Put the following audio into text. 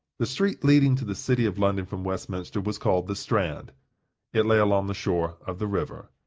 the street leading to the city of london from westminster was called the strand it lay along the shore of the river.